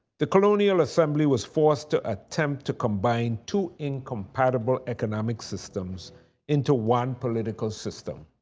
the colonial assembly was forced to attempt to combine two incompatible economic systems into one political system.